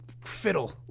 fiddle